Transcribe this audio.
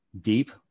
deep